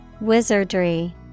Wizardry